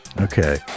Okay